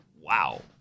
Wow